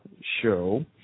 show